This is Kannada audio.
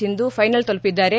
ಸಿಂಧು ಫೈನಲ್ ತಲುಪಿದ್ದಾರೆ